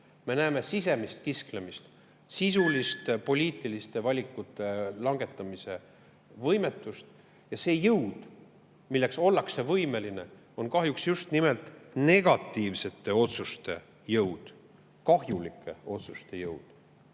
Me näeme sisemist kisklemist ja sisuliste poliitiliste valikute langetamise võimetust. Ja see, milleks ollakse võimeline, on kahjuks just nimelt negatiivsete otsuste jõud, kahjulike otsuste jõud.